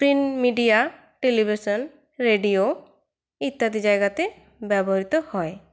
print media television radio ইত্যাদি জায়গাতে ব্যবহৃত হয়